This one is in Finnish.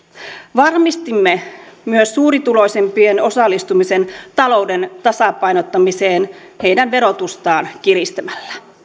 varmistimme myös suurituloisimpien osallistumisen talouden tasapainottamiseen heidän verotustaan kiristämällä